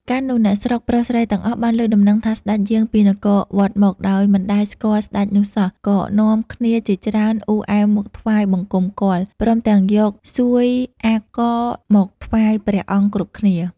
ពេលនោះ អ្នកស្រុកប្រុសស្រីទាំងអស់បានឮដំណឹងថាសេ្តចយាងពីនគរវត្តមក ដោយមិនដែលស្គាល់សេ្តចនោះសោះ ក៏នាំគ្នាជាច្រើនអ៊ូអែមកថ្វាយបង្គំគាល់ ព្រមទាំងយកសួយអាកររមកថ្វាយព្រះអង្គគ្រប់គ្នា។